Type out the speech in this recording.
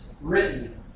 written